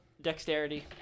dexterity